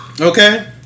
Okay